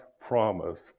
promise